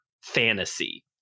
fantasy